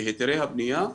מהיתרי הבנייה.